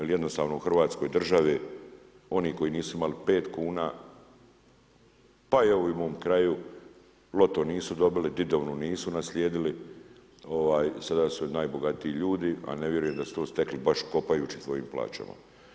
Ali jednostavno u Hrvatskoj državi oni koji nisu imali 5 kuna, pa evo i u mom kraju Loto nisu dobili, djedovinu nisu naslijedili sada su najbogatiji ljudi, a ne vjerujem da su to stekli baš kopajući svojim plaćama.